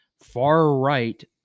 far-right